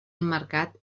emmarcat